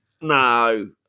No